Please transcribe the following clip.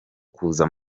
kuza